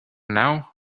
now